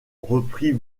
reprit